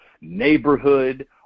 neighborhood